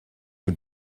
you